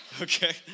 okay